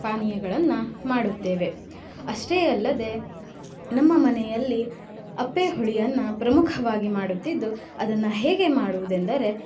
ಪಾನೀಯಗಳನ್ನು ಮಾಡುತ್ತೇವೆ ಅಷ್ಟೇ ಅಲ್ಲದೆ ನಮ್ಮ ಮನೆಯಲ್ಲಿ ಅಪ್ಪೆ ಹುಳಿಯನ್ನು ಪ್ರಮುಖವಾಗಿ ಮಾಡುತ್ತಿದ್ದು ಅದನ್ನು ಹೇಗೆ ಮಾಡುವುದೆಂದರೆ